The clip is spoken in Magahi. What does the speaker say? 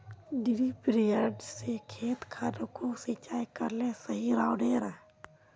डिरिपयंऋ से खेत खानोक सिंचाई करले सही रोडेर?